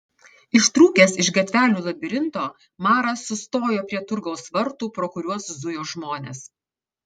ištrūkęs iš gatvelių labirinto maras sustojo prie turgaus vartų pro kuriuos zujo žmonės